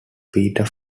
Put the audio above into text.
peter